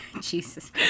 jesus